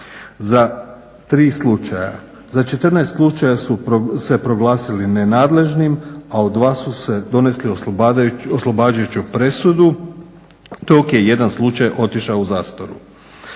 za 3 slučaja. Za 14 slučajeva su se proglasili nenadležnim, a u 2 su donijeli oslobađajuću presudu dok je jedan slučaj otišao u zastaru.